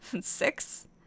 Six